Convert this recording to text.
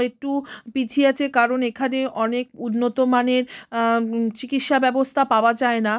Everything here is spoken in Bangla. একটু পিছিয়ে আছে কারণ এখানে অনেক উন্নত মানের চিকিৎসা ব্যবস্থা পাওয়া যায় না